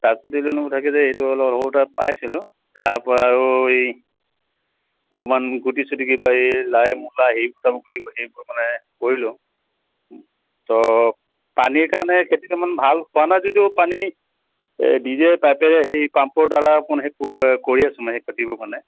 ছাবছিডিবোৰ থাকে যে এইটো অলপ সৰু এটা পাইছিলোঁ তাৰপৰা আৰু এই অকণমান গুটি চুটি কিবা এই লাই মূলা সেই গুটি সেই মানে কৰিলোঁ ত' পানীৰ কাৰণে খেতিটো ইমান ভাল হোৱা নাই যদিও পানী নিজে পাইপেৰে সেই পাম্পৰ দ্বাৰা অকণ সেই ক কৰি আছোঁ মই সেই খেতিবোৰ মানে